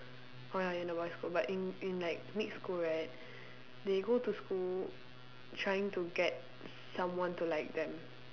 oh ya in the boys' school but in in like mixed school right they go to school trying to get someone to like them